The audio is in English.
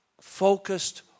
focused